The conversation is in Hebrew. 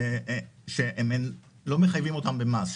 שהם לא מחייבים אותם במס,